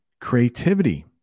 Creativity